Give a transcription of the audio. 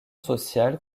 sociale